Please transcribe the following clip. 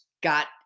got